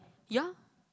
ya